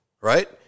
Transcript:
right